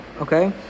okay